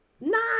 Nine